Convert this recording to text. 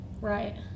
Right